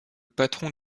patron